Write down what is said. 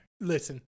Listen